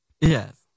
Yes